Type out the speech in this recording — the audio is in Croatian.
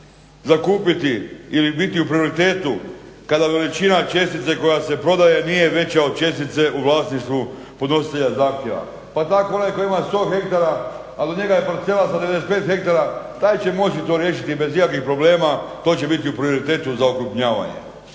zakupiti ili biti u … kada veličina čestice koja se prodaje nije veća od čestice u vlasništvu podnositelja zahtjeva. Pa tako onaj koji ima 100 hektara, a do njega je parcela sa 95 hektara taj će moći to riješiti bez ikakvih problema, to će biti u prioritetu za okrupnjavanje.